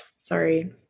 sorry –